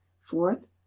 fourth